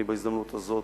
בהזדמנות הזאת,